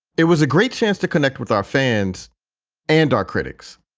it was a great chance to connect with our fans and our critics.